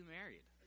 married